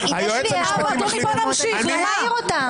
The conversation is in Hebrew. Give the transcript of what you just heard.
1,231 מי בעד?